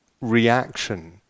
reaction